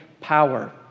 power